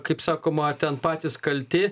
kaip sakoma ten patys kalti